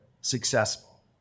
successful